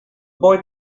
boy